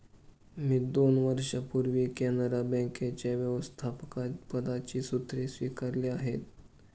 मी दोन वर्षांपूर्वी कॅनरा बँकेच्या व्यवस्थापकपदाची सूत्रे स्वीकारली आहेत